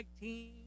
Team